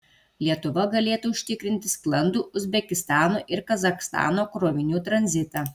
lietuva galėtų užtikrinti sklandų uzbekistano ir kazachstano krovinių tranzitą